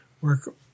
work